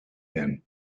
them